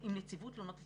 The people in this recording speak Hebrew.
עם נציבות תלונות הציבור.